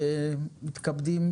אנחנו מתכבדים